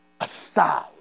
aside